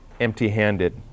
empty-handed